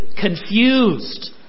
confused